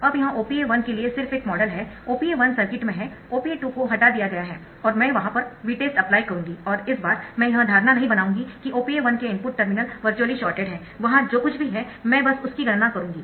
अब यह OPA 1 के लिए सिर्फ एक मॉडल है OPA 1 सर्किट में है OPA 2 को हटा दिया गया है और मैं वहां पर Vtest अप्लाई करूंगी और इस बार मैं यह धारणा नहीं बनाऊंगी कि OPA 1 के इनपुट टर्मिनल वर्चुअली शॉर्टेड है वहां जो कुछ भी है मैं बस उसकी गणना करुँगी